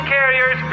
Carriers